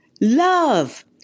love